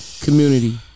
community